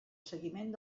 seguiment